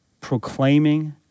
proclaiming